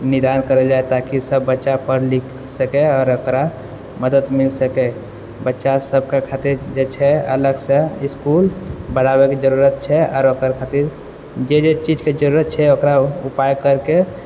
निदान करल जाइ ताकि सब बच्चा पढ़ लिख सकै आओर ओकरा मदति मिलि सकै बच्चा सबके खातिर जे छै अलगसँ इसकुल बनाबैके जरूरत छै आओर ओकर खातिर जे जे चीजके जरूरत छै ओकरा ओ उपाय करके